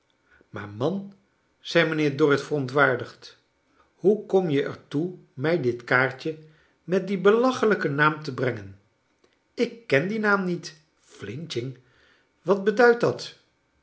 maar man zei mijnheer dorrit verontwaardigd hoe kom je er toe mij dit kaartje met dien belachelijken naam te brengen ik ken dien naam niet flinching wat bednidt dat